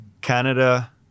canada